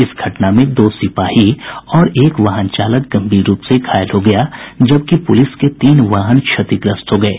इस घटना में दो सिपाही और एक वाहन चालक गंभीर रूप से घायल हो गया जबकि पुलिस के तीन वाहन क्षतिग्रस्त हो गये